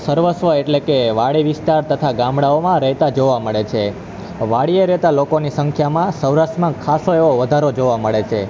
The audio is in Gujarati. સર્વસ્વ એટલે કે વાડી વિસ્તાર તથા ગામડાઓમાં રહેતા જોવા મળે છે વાડીએ રહેતા લોકોની સંખ્યામાં સૌરાષ્ટ્રમાં ખાસો એવો વધારો જોવા મળે છે